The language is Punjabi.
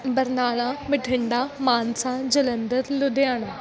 ਬਰਨਾਲਾ ਬਠਿੰਡਾ ਮਾਨਸਾ ਜਲੰਧਰ ਲੁਧਿਆਣਾ